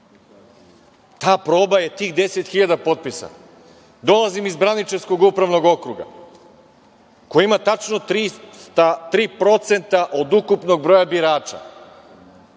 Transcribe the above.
Ta proba je tih 10.000 potpisa. Dolazim iz Braničevskog upravnog okruga, koji ima tačno 3% od ukupnog broja birača,